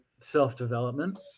self-development